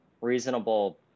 reasonable